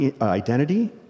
identity